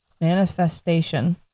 manifestation